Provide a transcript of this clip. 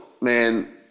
man